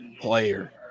player